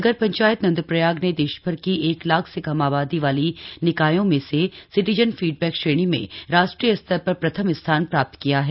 नगर पंचायत नंदप्रयाग ने देशभर की एक लाख से कम आबादी वाली निकायों में से सिटिजन फीडबैक श्रेणी में राष्ट्रीय स्तर पर प्रथम स्थान प्राप्त किया है